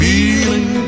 Feeling